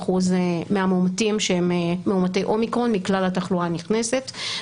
ל-30% מהמאומתים שהם מאומתי אומיקרון מכלל התחלואה הנכנסת.